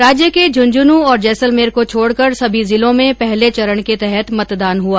राज्य के झुंझुनूं और जैसलमेर को छोडकर सभी जिलों में पहले चरण के तहत मतदान हआ